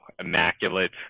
Immaculate